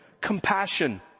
compassion